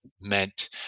meant